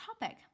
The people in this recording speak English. topic